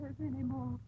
anymore